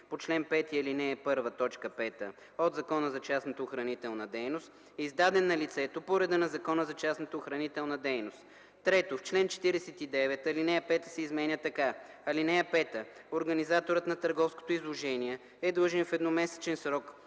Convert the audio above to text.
по чл. 5, ал. 1, т. 5 от Закона за частната охранителна дейност, издаден на лицето по реда на Закона за частната охранителна дейност;”. 3. В чл. 49 ал. 5 се изменя така: “(5) Организаторът на търговското изложение е длъжен в едномесечен срок